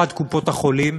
אחד, קופות-החולים.